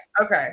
Okay